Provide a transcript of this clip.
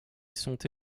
sont